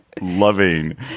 loving